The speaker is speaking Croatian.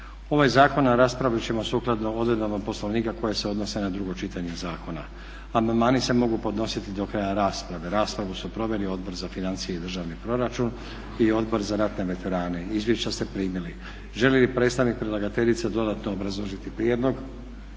Ovaj zakon raspravit ćemo sukladno odredbama Poslovnika koje se odnose na drugo čitanje zakona. Amandmani se mogu podnositi do kraja rasprave. Raspravu su proveli Odbor za financije i državni proračun i Odbor za ratne veterane. Izvješća ste primili. Želi li predstavnik predlagateljice dodatno obrazložiti prijedlog.